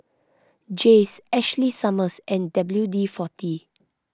Jays Ashley Summers and W D forty